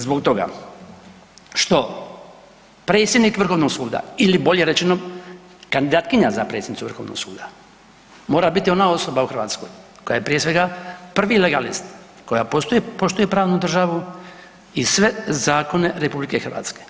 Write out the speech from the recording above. Zbog toga što predsjednik Vrhovnog suda ili bolje rečeno kandidatkinja za predsjednicu Vrhovnog suda mora biti ona osoba u Hrvatskoj koja je prije svega prvi legalist, koja poštuje pravnu državu i sve zakone RH.